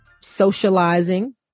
socializing